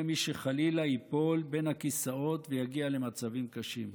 מי שחלילה ייפול בין הכיסאות ויגיע למצבים קשים.